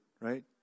right